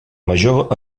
major